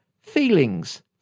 feelings